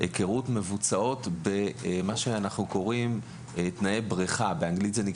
הוא קובע שצריך לכתוב מדריך מעשי שבו נקבע שהגיל המינימאלי